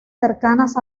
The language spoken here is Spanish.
cercanas